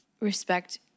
respect